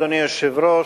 אדוני היושב-ראש,